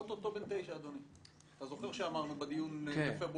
אוטוטו בן 9. אתה זוכר שדיברנו בדיון בפברואר.